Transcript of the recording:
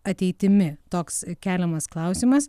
ateitimi toks keliamas klausimas